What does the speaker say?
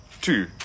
two